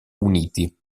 uniti